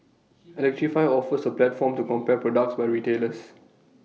electrify offers A platform to compare products by retailers